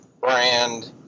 brand